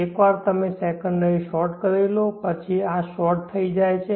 એકવાર તમે secondary sort કરી લો પછી આ શોર્ટ થઇ જાય છે